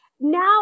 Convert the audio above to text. now